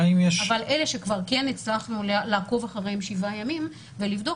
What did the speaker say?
אבל אלה שכבר כן הצלחנו לעקוב אחריהם 7 ימים ולבדוק,